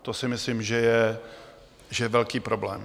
To si myslím, že je velký problém.